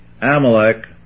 Amalek